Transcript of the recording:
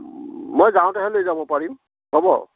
মই যাওঁতেহে লৈ যাব পাৰিম হ'ব